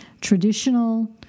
traditional